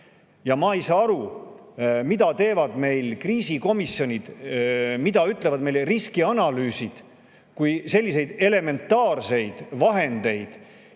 Ma ei saa aru, mida teevad meil kriisikomisjonid, mida ütlevad meile riskianalüüsid, kui selliseid elementaarseid vahendeid